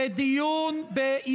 יש ועדות אחרות, בדיון בעניינה